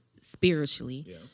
spiritually